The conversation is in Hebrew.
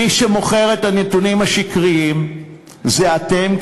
מי שמוכר את הנתונים השקריים זה אתם,